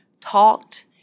talked